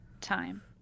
time